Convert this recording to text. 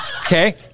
Okay